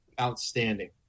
outstanding